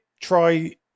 try